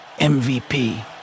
MVP